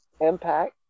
Impact